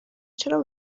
چرا